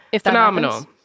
Phenomenal